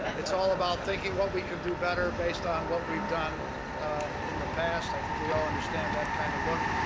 it's all about thinking what we can do better based on what we've done in the past. i think we all understand that kind of look.